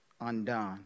undone